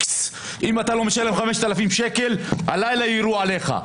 אם אתה לא משתלם 5,000 שקל הלילה יירו עליך,